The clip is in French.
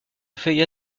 feuille